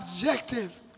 objective